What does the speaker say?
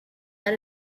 that